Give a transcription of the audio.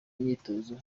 imyitozo